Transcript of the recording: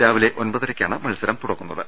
രാവിലെ ഒൻപതരക്കാണ് മത്സരം തുടങ്ങുന്ന ത്